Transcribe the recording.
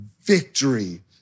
victory